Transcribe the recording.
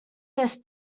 this